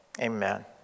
amen